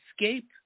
escape